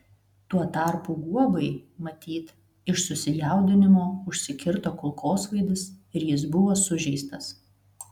tuo tarpu guobai matyt iš susijaudinimo užsikirto kulkosvaidis ir jis buvo sužeistas